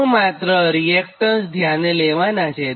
તો માત્ર રીએક્ટન્સ ધ્યાને લેવાનાં છે